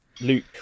Luke